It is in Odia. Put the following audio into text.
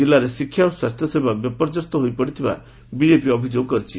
ଜିଲ୍ଲାରେ ଶିକ୍ଷା ଓ ସ୍ୱାସ୍ଥ୍ୟ ସେବା ବିପର୍ଯ୍ୟସ୍ତ ହୋଇପଡ଼ିଥିବା ବିଜେପି ଅଭିଯୋଗ କରିଛି